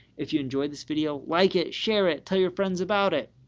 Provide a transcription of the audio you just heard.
if you enjoy this video, like it, share it, tell your friends about it.